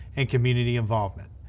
and community involvement.